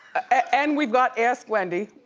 and we've got ask wendy.